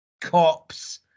Cops